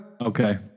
Okay